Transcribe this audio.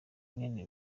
mwene